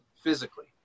physically